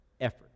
effort